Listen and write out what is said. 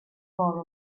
for